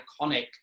iconic